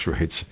rates